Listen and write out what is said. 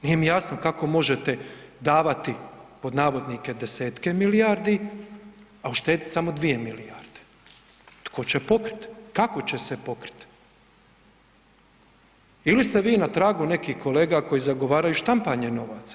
Nije mi jasno kako možete davati pod navodnike 10-tke milijardi, a uštedit samo 2 milijarde, tko će pokriti, kako će se pokriti ili ste vi na tragu nekih kolega koji zagovaraju štampanje novaca.